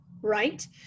right